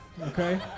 Okay